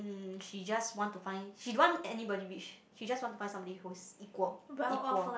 mm she just want to find she don't want anybody rich she just want to find somebody who's equal equal